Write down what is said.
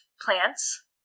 plants